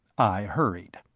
i hurried.